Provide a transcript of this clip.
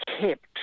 kept